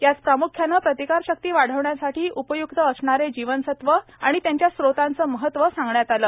यात प्राम्ख्याने प्रतिकारशक्ती वाढविण्यासाठी उपय्क्त असणारे जीवनसत्व आणि त्यांच्या स्रोतांचे महत्त्व सांगण्यात आले